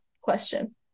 question